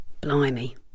Blimey